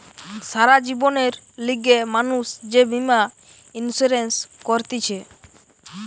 সারা জীবনের লিগে মানুষ যে বীমা ইন্সুরেন্স করতিছে